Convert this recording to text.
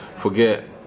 Forget